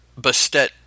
Bastet